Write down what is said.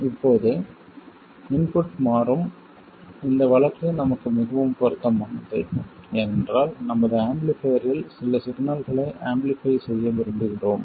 இப்போது இன்புட் மாறும் இந்த வழக்கு நமக்கு மிகவும் பொருத்தமானது ஏனென்றால் நமது ஆம்பிளிஃபைர் இல் சில சிக்னல்களை ஆம்பிளிஃபை செய்ய விரும்புகிறோம்